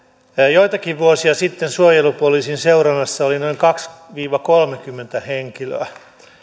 joitakin vuosia sitten suojelupoliisin seurannassa oli noin kaksikymmentä viiva kolmekymmentä henkilöä